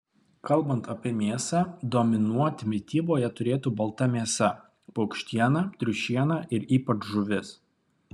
kalbant apie mėsą dominuoti mityboje turėtų balta mėsa paukštiena triušiena ir ypač žuvis